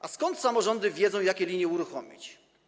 A skąd samorządy wiedzą, jakie linie uruchomić?